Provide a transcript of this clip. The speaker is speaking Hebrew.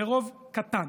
ברוב קטן,